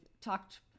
talked